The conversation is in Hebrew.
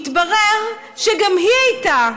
מתברר שגם היא הייתה